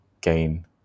gain